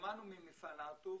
ממפעל הר-טוב